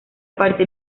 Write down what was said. partir